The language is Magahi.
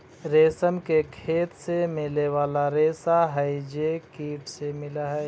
रेशम के खेत से मिले वाला रेशा हई जे कीट से मिलऽ हई